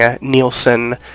Nielsen